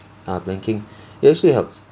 ah planking it actually helps